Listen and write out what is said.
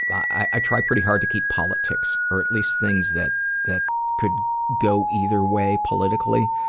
but i try pretty hard to keep politics or at least, things that that could go either way politically,